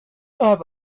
have